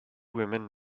women